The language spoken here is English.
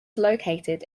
located